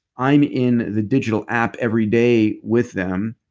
i'm in the digital app everyday with them,